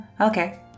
okay